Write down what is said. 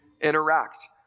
interact